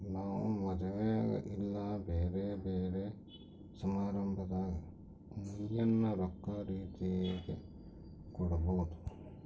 ನಾವು ಮದುವೆಗ ಇಲ್ಲ ಬ್ಯೆರೆ ಬ್ಯೆರೆ ಸಮಾರಂಭದಾಗ ಮುಯ್ಯಿನ ರೊಕ್ಕ ರೀತೆಗ ಕೊಡಬೊದು